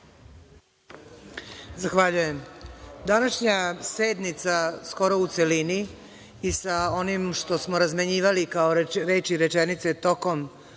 Zahvaljujem. Današnja sednica skoro u celini i sa onim što smo razmenjivali, kao reči i rečenice, tokom